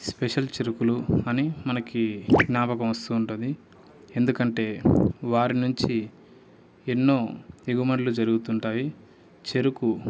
special చెరుకులు అని మనకి జ్ఞాపకం వస్తుంటది ఎందుకంటే వారి నుంచి ఎన్నో ఎగుమరులు జరుగుతుంటాయి చెరుకు